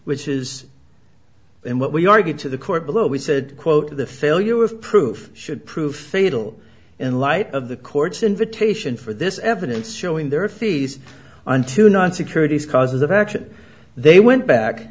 which is and what we argued to the court below we said quote the failure of proof should prove fatal in light of the court's invitation for this evidence showing their fees onto non security causes of action they went back